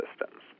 systems